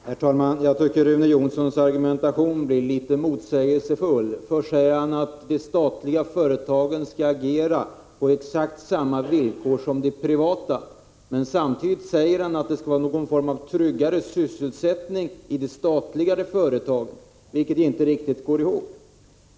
Herr talman! Jag tycker att Rune Jonssons argumentation är litet motsägelsefull. Å ena sidan säger han att de statliga företagen skall agera på exakt samma villkor som de privata. Å andra sidan säger han att det på något sätt skall vara en tryggare sysselsättning i de statliga företagen. Detta går inte riktigt ihop.